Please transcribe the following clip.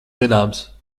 zināms